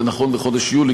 זה נכון לחודש יולי,